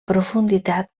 profunditat